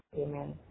Amen